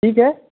ठीक है